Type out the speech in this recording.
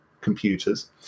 computers